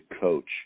coach